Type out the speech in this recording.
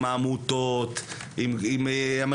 בת ים זכו בקול קורא אחרי התמודדות של שבע